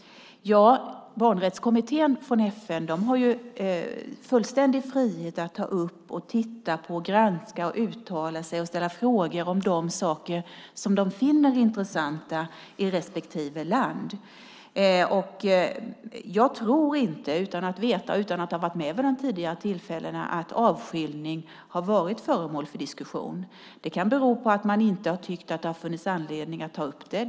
FN:s barnrättskommitté har fullständig frihet att ta upp, titta på, granska, uttala sig och ställa frågor om de saker som den finner intressanta i respektive land. Jag tror inte - utan att veta, och utan att ha varit med vid de tidigare tillfällena - att avskiljning har varit föremål för diskussion. Det kan bero på att man inte tyckt att det har funnits anledning att ta upp det.